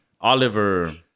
Oliver